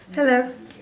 hello